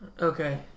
Okay